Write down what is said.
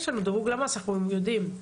יש דירוג למ"ס ואנחנו יודעים,